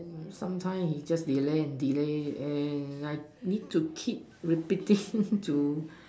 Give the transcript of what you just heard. sometime is just delay and delay and I need to keep repeating to